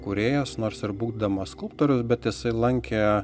kūrėjas nors ir būdamas skulptorius bet jisai lankė